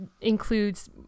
includes